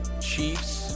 Chiefs